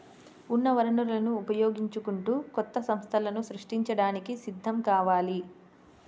ఉన్న వనరులను ఉపయోగించుకుంటూ కొత్త సంస్థలను సృష్టించడానికి సిద్ధం కావాలి